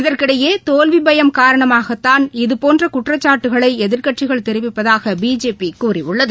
இதற்கிடையே தோல்வி பயம் காரணமாகத்தான் இதபோன்ற குற்றச்சாட்டுக்களை எதிர்க்கட்சிகள் தெரிவிப்பதாக பிஜேபி கூறியுள்ளது